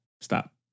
Stop